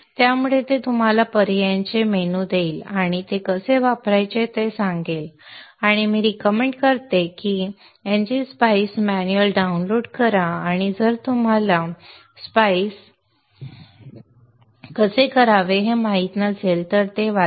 त्यामुळे ते तुम्हाला पर्यायांचे मेनू देईल आणि ते कसे वापरायचे ते सांगेल आणि मी रिकमेंड करतो की ngSpice मॅन्युअल डाउनलोड करा आणि जर तुम्हाला स्पाइस कसे करावे हे माहित नसेल तर ते वाचा